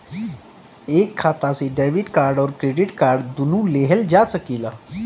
एक खाता से डेबिट कार्ड और क्रेडिट कार्ड दुनु लेहल जा सकेला?